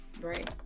Right